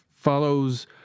follows